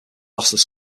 lossless